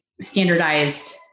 standardized